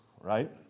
right